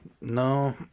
no